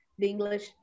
english